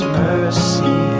mercy